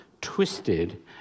twisted